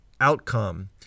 outcome